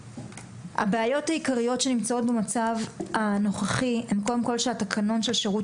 הבעיות העיקריות שנמצאות במצב הנוכחי הן קודם כול שהתקנון של שירות